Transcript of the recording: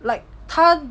like 他